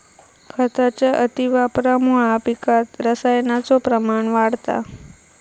खताच्या अतिवापरामुळा पिकात रसायनाचो प्रमाण वाढता